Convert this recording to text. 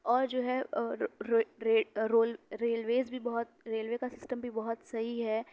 اور جو ہے رول ریلویز بھی بہت ریلوے کا سِسٹم بھی بہت صحیح ہے